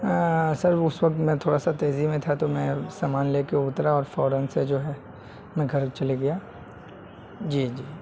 سر اس وقت میں تھوڑا سا تیزی میں تھا تو میں سامان لے کر اترا اور فوراً سے جو ہے میں گھر چلے گیا جی جی